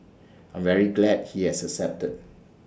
I'm very glad he has accepted